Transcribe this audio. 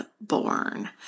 born